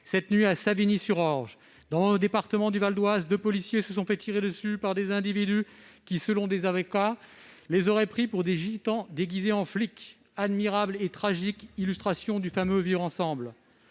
cette nuit, à Savigny-sur-Orge, dans mon département du Val-d'Oise, deux policiers se sont fait tirer dessus par des individus qui, selon des avocats, les auraient « pris pour des gitans déguisés en flics »... Admirable et tragique illustration du fameux vivre-ensemble